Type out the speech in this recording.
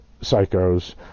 psychos